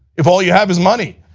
if all you have is money.